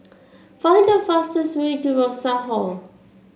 find the fastest way to Rosas Hall